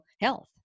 health